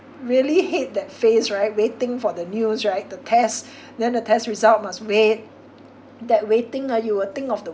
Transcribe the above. really hate that phase right waiting for the news right the test then the test result must wait that waiting ah you will think of the